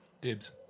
Dibs